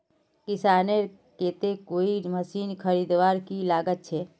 किसानेर केते कोई मशीन खरीदवार की लागत छे?